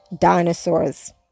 dinosaurs